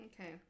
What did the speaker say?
Okay